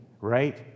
right